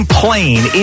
plane